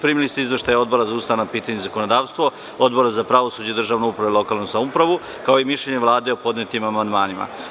Primili ste Izveštaj Odbora za ustavna pitanja i zakonodavstvo, Odbora za pravosuđe, državnu upravu i lokalnu samoupravu, kao i mišljenje Vlade o podnetim amandmanima.